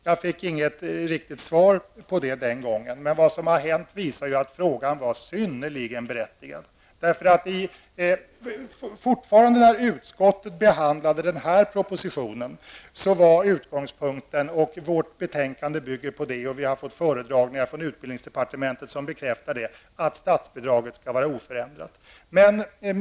Jag fick inget riktigt svar på den frågan den gången. Vad som har hänt visar dock att frågan var synnerligen berättigad. När utskottet behandlade den här propositionen var utgångspunkten fortfarande -- vårt betänkande bygger på det, och vi har fått föredragningar från utbildningsdepartementet som bekräftar det -- att statsbidraget skall vara oförändrat.